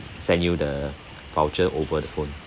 send you the voucher over the phone